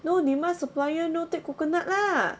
no demand supplier no take coconut lah